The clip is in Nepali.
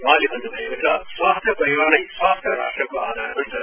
वहाँले भन्न्भएको छ स्वस्थ्य परिवार नै स्वस्थ्य राष्ट्रको आधार हुन्छ